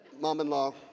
mom-in-law